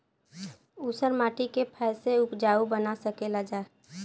ऊसर माटी के फैसे उपजाऊ बना सकेला जा?